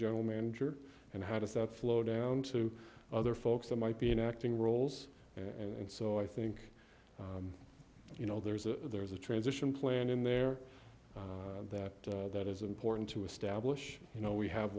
general manager and how does that flow down to other folks that might be in acting roles and so i think you know there's a there's a transition plan in there that that is important to establish you know we have